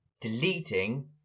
deleting